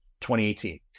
2018